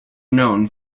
known